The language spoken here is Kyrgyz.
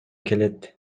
келет